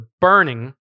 burning